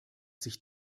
sich